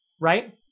right